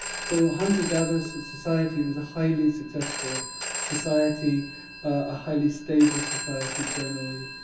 so hunter-gatherer society was a highly successful society a highly stable society, generally,